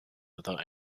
without